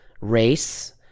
race